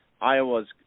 Iowa's